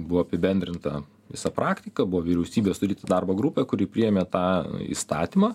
buvo apibendrinta visa praktika buvo vyriausybės darbo grupė kuri priėmė tą įstatymą